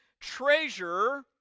treasure